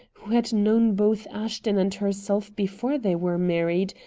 had known both ashton and herself before they were married,